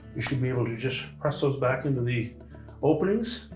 you should be able to just press those back into the openings.